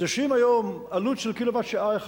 שאם היום עלות של קילוואט-שעה אחד